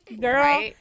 girl